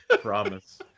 promise